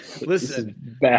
Listen